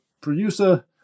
producer